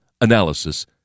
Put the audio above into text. Analysis